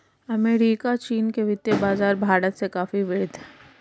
America चीन के वित्तीय बाज़ार भारत से काफी वृहद हैं